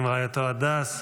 עם רעייתו הדס,